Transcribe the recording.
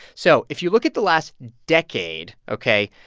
so if you look at the last decade ok?